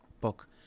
book